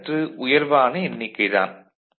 இது சற்று உயர்வான எண்ணிக்கை தான்